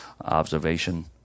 observation